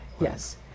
Yes